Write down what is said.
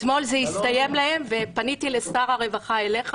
אתמול זה הסתיים להם ופיניתי לשר הרווחה ואליך